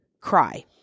cry